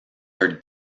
are